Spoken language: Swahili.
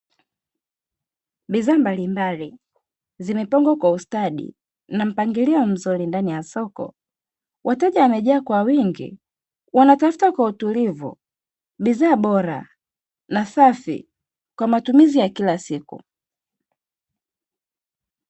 Bidhaa mbalimbali zimepangwa kwa ustadi na mpangilio mzuri ndani ya soko. Wateja wamejaa kwa wingi, wanatafuta kwa utulivu bidhaa bora na safi kwa matumizi ya kila siku.